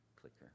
clicker